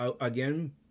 again